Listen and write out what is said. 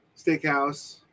steakhouse